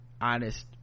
honest